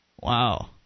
Wow